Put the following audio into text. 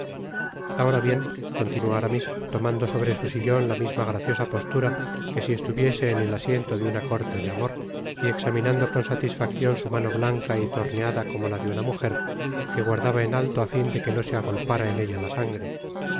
ahora bien continuó aramis tomando sobre su sillon la misma graciosa postura que si estuviese en el asiento de una corte de amor y examinando con satisfaccion su mano blanca y torneada como la de una mujer que guardaba en alto á fin de que no se agolpára en ella la sangre